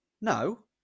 No